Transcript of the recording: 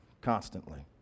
constantly